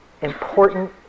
important